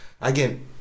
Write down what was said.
again